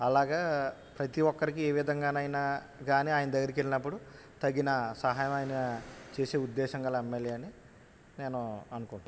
అలాగా ప్రతి ఒక్కరికీ ఏ విధంగా అయినా కానీ ఆయన దగ్గరికి వెళ్లినప్పుడు తగిన సహాయం ఆయన చేసే ఉద్దేశం కలిగిన ఎమ్ఎల్ఏ అని నేను అనుకుంటున్నాను